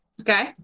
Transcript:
Okay